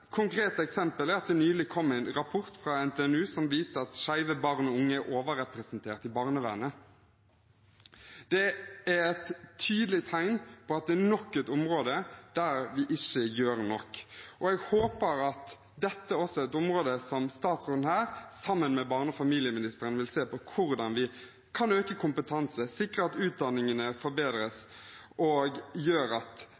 at det nylig kom en rapport fra NTNU som viser at skeive barn og unge er overrepresentert i barnevernet. Det er et tydelig tegn på at det er nok et område der vi ikke gjør nok, og jeg håper at dette også er et område som statsråden, sammen med barne- og familieministeren, vil se på, hvordan vi kan øke kompetanse og sikre at utdanningene forbedres, som gjør at